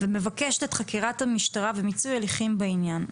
ומבקשת את חקירת המשטרה ומיצוי הליכים בעניין.